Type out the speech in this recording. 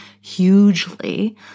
hugely